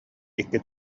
икки